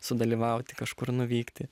sudalyvauti kažkur nuvykti